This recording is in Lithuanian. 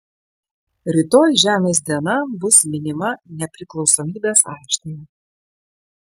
rytoj žemės diena bus minima nepriklausomybės aikštėje